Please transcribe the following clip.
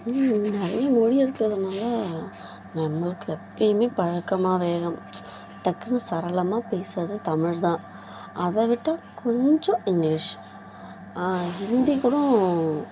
நிறைய மொழி இருக்கிறதுனால நமக்கு எப்பவுமே பழக்கமாக வேகம் டக்குனு சரலமாக பேசுகிறது தமிழ்தான் அதைவிட்டா கொஞ்சம் இங்கிலீஷ் இந்தி கூட